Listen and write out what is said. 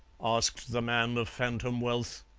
asked the man of phantom wealth.